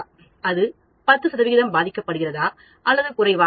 அது 10 சதவிகிதம் பாதிக்கப்படுகிறதா அல்லது குறைவாக ஆ